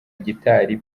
gitari